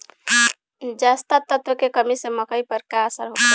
जस्ता तत्व के कमी से मकई पर का असर होखेला?